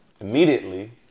immediately